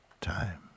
time